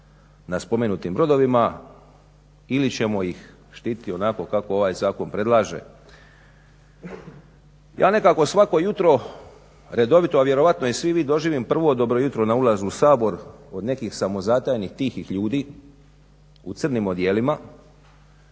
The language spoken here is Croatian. na spomenutim brodovima ili ćemo ih štiti onako kako ovaj zakon predlaže. Ja nekako svako jutro redovito, a vjerojatno i svi vi, doživim prvo dobro jutro na ulazu u Sabor od nekih samozatajnih tihih ljudi u crnim odijelima.